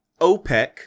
OPEC